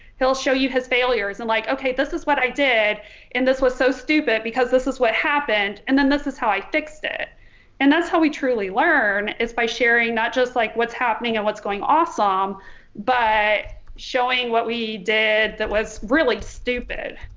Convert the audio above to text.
he'll show you his failures and like okay this is what i did and this was so stupid because this is what happened and then this is how i fixed it and that's how we truly learn is by sharing not just like what's happening and what's going awesome but showing what we did that was really stupid